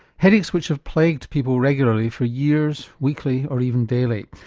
headaches which have plagued people regularly for years, weekly or even daily.